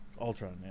Ultron